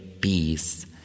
peace